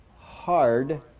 hard